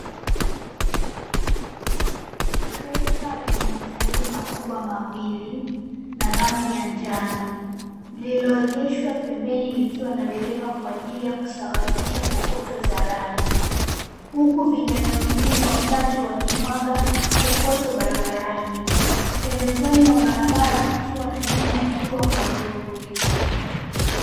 Trekta lenye matairi makubwa mawili la rangi ya njano, limeegeshwa pembeni likiwa na dereva kwa ajili ya kusawazisha kokoto za lami. Huku vijana wengine watatu wakimwaga kokoto barabarani. Pemezoni mwa barabara kukiwa na nyumba kubwa kwa ndogo.